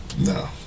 No